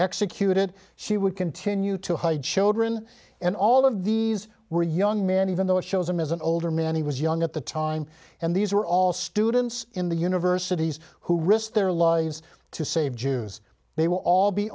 executed she would continue to hide children and all of these were young man even though it shows him as an older man he was young at the time and these were all students in the universities who risked their lives to save jews they will all be